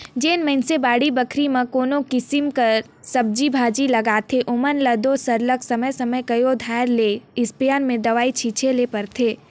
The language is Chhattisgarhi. जेन मइनसे बाड़ी बखरी में कोनो किसिम कर सब्जी भाजी लगाथें ओमन ल दो सरलग समे समे कइयो धाएर ले इस्पेयर में दवई छींचे ले परथे